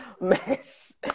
mess